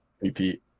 repeat